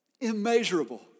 immeasurable